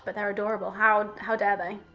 but they're adorable. how how dare they?